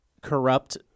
corrupt